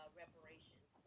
reparations